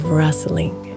rustling